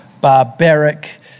barbaric